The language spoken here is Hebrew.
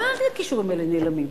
לאן הכישורים האלה נעלמים?